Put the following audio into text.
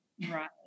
Right